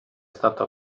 stato